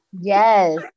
Yes